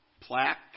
plaque